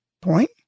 point